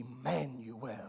Emmanuel